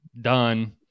Done